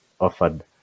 offered